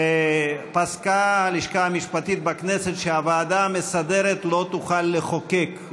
פסקה הלשכה המשפטית בכנסת שהוועדה המסדרת לא תוכל לחוקק,